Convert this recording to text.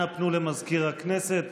אנא פנו למזכיר הכנסת.